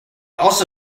also